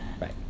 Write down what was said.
Right